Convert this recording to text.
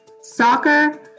soccer